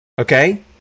okay